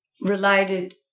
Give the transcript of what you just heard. related